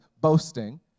boasting